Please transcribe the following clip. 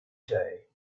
day